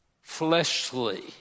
fleshly